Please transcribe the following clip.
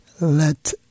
let